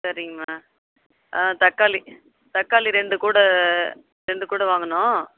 சரிங்க அம்மா ஆ தக்காளி தக்காளி ரெண்டு கூடை ரெண்டு கூடை வாங்கணும்